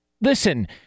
Listen